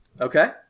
okay